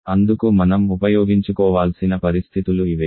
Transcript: అందుకు మనం ఉపయోగించుకోవాల్సిన పరిస్థితులు ఇవే